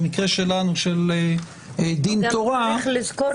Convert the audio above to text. במקרה שלנו של דין תורה --- גם צריך לזכור